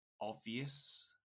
obvious